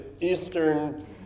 Eastern